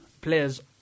players